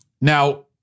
Now